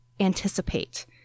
anticipate